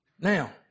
Now